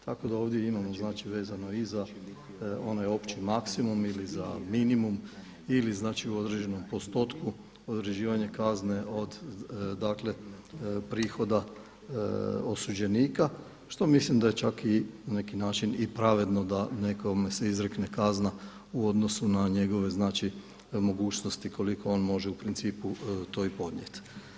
Tako da ovdje imamo vezano i za onaj opći maksimum ili za minimum ili u određenom postotku određivanje kazne od prihoda osuđenika što mislim da je na neki način i pravedno da se nekome izrekne kazna u odnosu na njegove mogućnosti koliko on može u principu to i podnijeti.